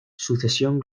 sucesión